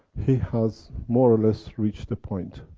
he has more or less reached the point,